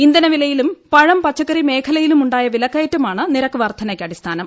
ഇന്ധനവിലയിലും പഴം പച്ചക്കറി മേഖലയിലുമുണ്ടായ വിലക്കയറ്റമാണ് നിരക്ക് വർധനയ്ക്ക് അടിസ്ഥാനം